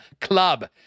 Club